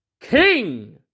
King